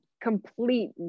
complete